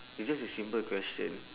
it's just a simple question